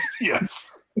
Yes